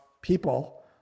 people